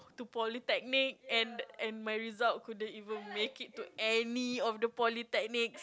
to Polytechnic and the and my result couldn't even make it to any of the Polytechnic